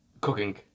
Cooking